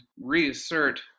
reassert